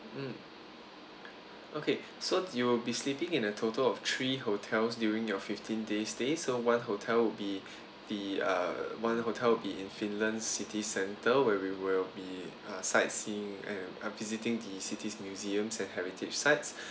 mm okay so you'll be sleeping in a total of three hotels during your fifteen days stay so one hotel would be the uh one hotel would be in finland city centre where we will be uh sightseeing and uh visiting the city's museums and heritage sites